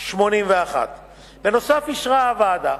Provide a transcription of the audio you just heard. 1981. נוסף על כך אישרה הוועדה